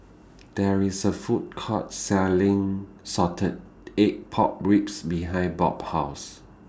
There IS A Food Court Selling Salted Egg Pork Ribs behind Bob's House